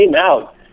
out